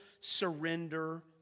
surrender